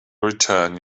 return